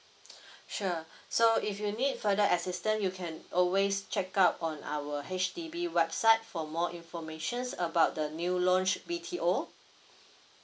sure so if you need further assistance you can always check out on our H_D_B website for more informations about the new launch B_T_O